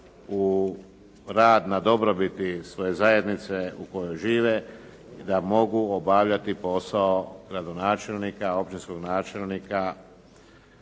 na dobrobiti svoje zajednice u kojoj žive, da mogu obavljati posao gradonačelnika, općinskog načelnika